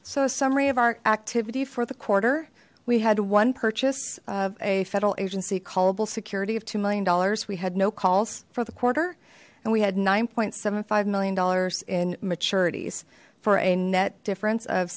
a summary of our activity for the quarter we had one purchase of a federal agency callable security of two million dollars we had no calls for the quarter and we had nine point seven five million dollars in maturities for a net difference of